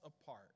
apart